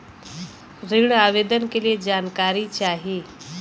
ऋण आवेदन के लिए जानकारी चाही?